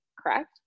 correct